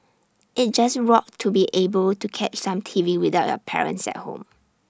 IT just rocked to be able to catch some T V without your parents at home